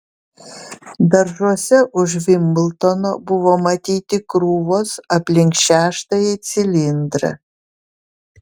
daržuose už vimbldono buvo matyti krūvos aplink šeštąjį cilindrą